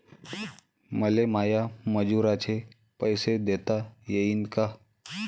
मले माया मजुराचे पैसे देता येईन का?